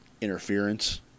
interference